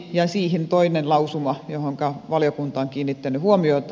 ja siihen toinen lausuma johonka valiokunta on kiinnittänyt huomiota